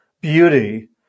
beauty